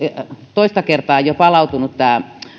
toista kertaa jo palautunut tämä